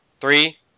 Three